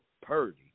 Purdy